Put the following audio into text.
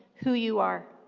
who you are.